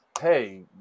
hey